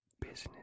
Business